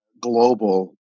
global